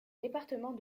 département